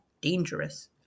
dangerous